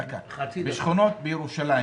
בשכונות בירושלים